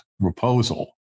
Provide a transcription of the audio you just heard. proposal